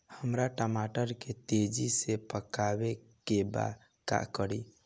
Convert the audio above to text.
हमरा टमाटर के तेजी से पकावे के बा का करि?